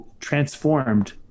transformed